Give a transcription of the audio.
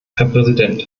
präsident